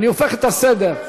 אני הופך את הסדר.